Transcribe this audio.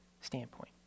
standpoint